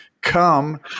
Come